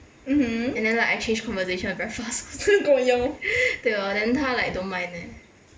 mmhmm 真的跟我一样哦